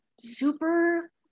super